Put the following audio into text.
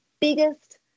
biggest